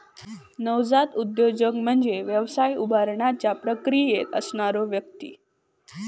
नवजात उद्योजक म्हणजे व्यवसाय उभारण्याच्या प्रक्रियेत असणारो व्यक्ती